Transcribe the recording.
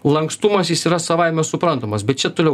lankstumas jis yra savaime suprantamas bet čia toliau